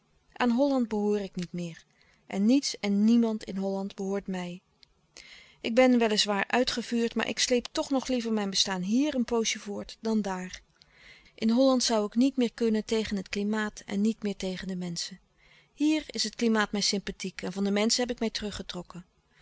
aan holland behoor ik niet meer en niets en niemand in holland behoort mij ik ben wel is waar uitgevuurd maar ik sleep toch nog liever mijn bestaan hier een poosje voort dan daar in holland zoû ik niet meer kunnen tegen het klimaat en niet meer tegen de menschen hier is het klimaat mij sympathiek en van de menschen heb ik mij teruggetrokken